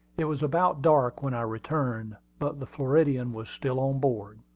it was about dark when i returned, but the floridian was still on board.